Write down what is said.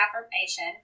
affirmation